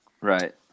Right